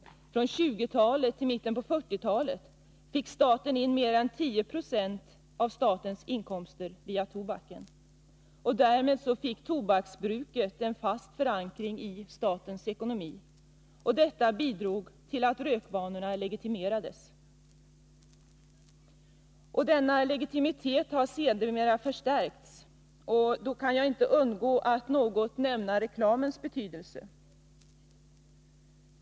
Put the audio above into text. Från 1920-talet till mitten på 1940-talet fick staten in mer än 10 96 av sina inkomster via tobaken. Tobaksbruket fick därmed en fast förankring i statens ekonomi, och detta bidrog till att rökvanorna legitimerades. Denna legitimitet har sedermera förstärkts. Jag kan i det sammanhanget inte underlåta att något beröra reklamens betydelse.